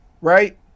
right